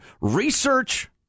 research